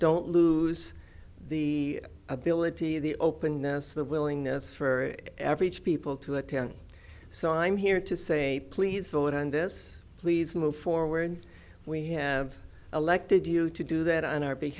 don't lose the ability the openness the willingness for every each people to attend so i'm here to say please vote on this please move forward we have elected you to do that on our b